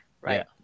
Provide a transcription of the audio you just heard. Right